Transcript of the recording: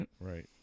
right